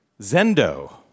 Zendo